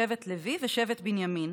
שבט לוי ושבט בנימין,